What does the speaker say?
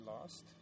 lost